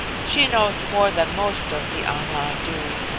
she knows more than most of the ana do.